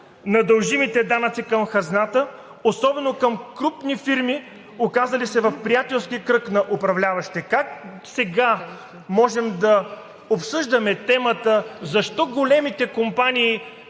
на дължимите данъци към хазната, особено към крупни фирми, оказали се в приятелския кръг на управляващите. Как сега можем да обсъждаме темата защо големите компании